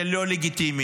זה לא לגיטימי,